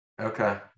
okay